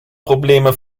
probleme